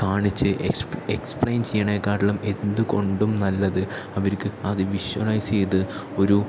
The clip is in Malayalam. കാണിച്ച് എക്സ് എക്സ്പ്ലൈൻ ചെയ്യണേക്കാട്ടിലും എന്ത് കൊണ്ടും നല്ലത് അവർക്ക് അത് വിഷ്വലൈസ് ചെയ്ത് ഒരു